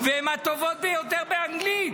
והן הטובות ביותר באנגלית.